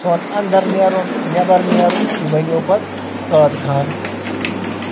سون اَنٛدَر نیٚرُن نؠبَر نیٚرُن یہِ بَنیٚو پَتہٕ قٲد خان